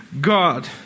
God